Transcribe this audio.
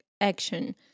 action